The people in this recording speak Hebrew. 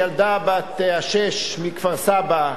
הילדה בת השש מכפר-סבא,